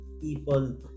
people